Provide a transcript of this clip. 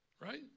Right